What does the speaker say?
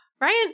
Ryan